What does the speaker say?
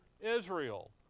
Israel